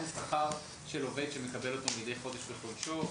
שכר של עובד שמקבל אותו מדי חודש בחודשו.